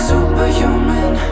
Superhuman